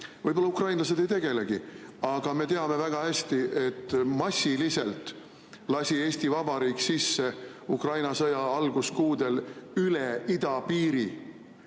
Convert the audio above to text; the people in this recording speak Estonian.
Võib‑olla ukrainlased ei tegelegi. Aga me teame väga hästi, et massiliselt lasi Eesti Vabariik sisse Ukraina sõja alguskuudel üle idapiiri